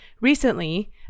Recently